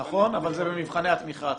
נכון, אבל זה במבחני התמיכה עצמם.